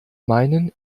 meinen